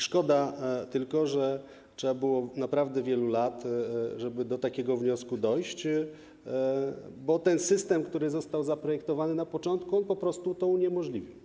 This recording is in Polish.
Szkoda tylko, że trzeba było naprawdę wielu lat, żeby do takiego wniosku dojść, bo ten system, który został zaprojektowany na początku, po prostu to uniemożliwił.